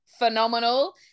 Phenomenal